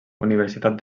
universitat